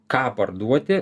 ką parduoti